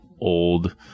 old